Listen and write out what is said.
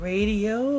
Radio